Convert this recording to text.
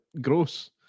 gross